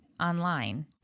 online